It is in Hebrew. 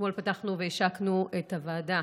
אתמול פתחנו והשקנו את הוועדה